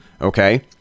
Okay